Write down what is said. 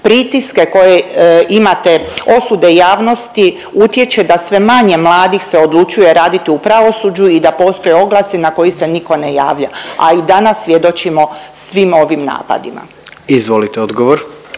pritiske koje imate, osude javnosti utječe da sve manje mladih se odlučuje raditi u pravosuđu i da postoje oglasi na koji se niko ne javlja, a i danas svjedočimo svim ovim napadima? **Jandroković,